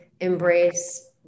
embrace